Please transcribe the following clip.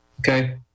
okay